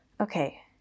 Okay